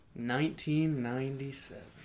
1997